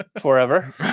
Forever